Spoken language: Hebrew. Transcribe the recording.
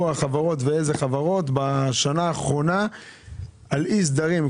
החברות ואיזה חברות בשנה האחרונה על אי סדר,